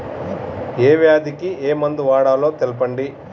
ఏ వ్యాధి కి ఏ మందు వాడాలో తెల్పండి?